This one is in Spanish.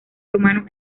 romano